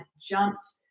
jumped